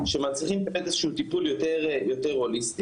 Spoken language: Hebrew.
שבאמת מצריכים איזשהו טיפול יותר הוליסטי,